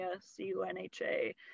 C-U-N-H-A